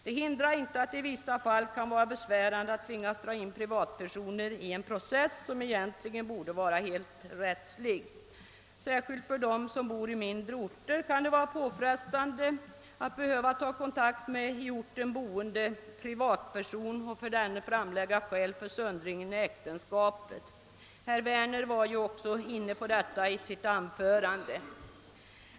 Det hindrar inte att det i vissa fall kan vara besvärande att tvingas dra in privatpersoner i en process som egentligen borde vara helt rättslig. Särskilt för dem som bor i mindre orter kan det vara påfrestande att behöva ta kontakt med i orten boende privatperson och för denne framlägga skäl för söndringen i äktenskapet. Herr Werner var ju också inne på detta i sitt anförande.